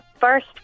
First